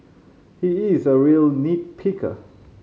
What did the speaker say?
he is a real nit picker